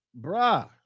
Bruh